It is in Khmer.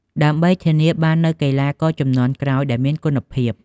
ដើម្បីធានាបាននូវកីឡាករជំនាន់ក្រោយដែលមានគុណភាព។